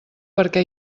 perquè